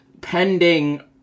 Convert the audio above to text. pending